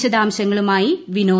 വിശദാംശങ്ങളുമായി വിന്ോദ്